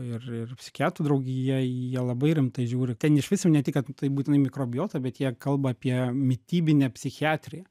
ir ir psichiatrų draugija jie labai rimtai žiūri ten išvis jau ne tik kad kad tai būtinai mikrobiota bet jie kalba apie mitybinę psichiatriją